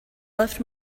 left